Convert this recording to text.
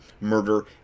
murder